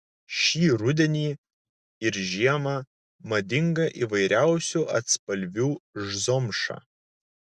šį rudenį ir žiemą madinga įvairiausių atspalvių zomša